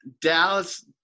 Dallas